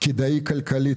כדאי כלכלית,